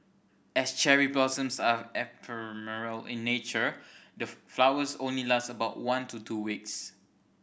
as cherry blossoms are ephemeral in nature the flowers only last about one to two weeks